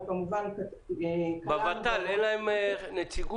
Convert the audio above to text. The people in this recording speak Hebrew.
אנחנו כמובן --- בות"ל אין נציגות?